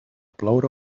ploure